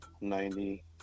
ninety